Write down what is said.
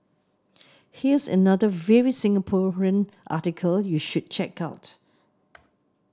here's another very Singaporean article you should check out